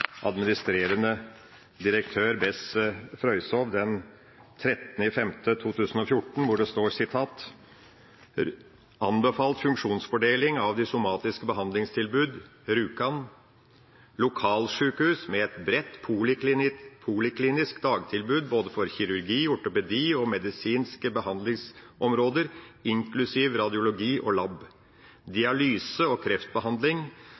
administrerende direktør Bess Frøyshov den 13. mai 2014, hvor det står: «Anbefalt funksjonsfordeling av de somatiske behandlingstilbud Rjukan: Lokalsykehus med et bredt poliklinisk dagtilbud både for kirurgi, ortopedi og medisinske behandlingsområder inklusiv radiologi og lab. Dialyse og kreftbehandling.